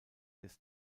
des